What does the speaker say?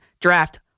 draft